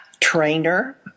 trainer